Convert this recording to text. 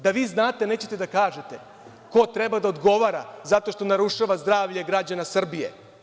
Da vi znate, a nećete da kažete ko treba da odgovara zato što narušava zdravlje građana Srbije.